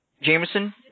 Jameson